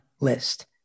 list